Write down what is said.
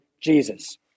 Jesus